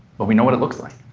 but we know what it looks like,